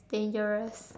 dangerous